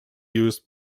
used